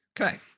Okay